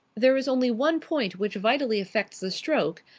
there is only one point which vitally affects the stroke,